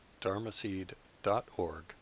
dharmaseed.org